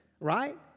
right